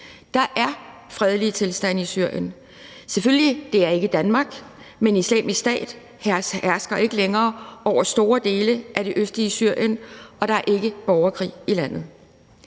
Der er fredelige tilstande i Syrien. Selvfølgelig er det ikke Danmark. Men Islamisk Stat hersker ikke længere over store dele af det østlige Syrien, og der er ikke borgerkrig i landet.